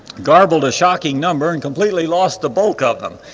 garbled a shocking number, and completely lost the bulk of them.